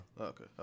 Okay